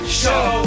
show